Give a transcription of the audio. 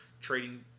trading